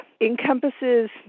encompasses